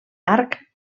arc